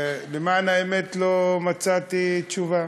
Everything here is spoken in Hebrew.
ולמען האמת לא מצאתי תשובה.